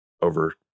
over